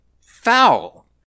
foul